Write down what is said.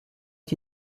est